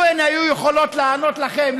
לו הן היו יכולות לענות לכם,